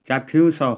ଚାକ୍ଷୁଷ